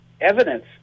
evidence